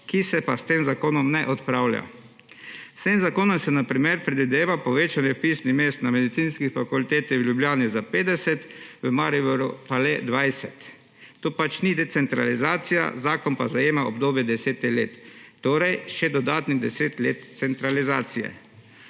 ki se pa s tem zakonom ne odpravlja. S tem zakonom se na primer predvideva povečanje vpisnih mest na Medicinski fakulteti v Ljubljani za 50, v Mariboru pa le 20. To pač ni decentralizacija, zakon pa zajema obdobje desetih let, torej še dodatnih deset let centralizacije.